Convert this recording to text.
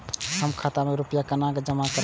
हम खाता में रूपया केना जमा करबे?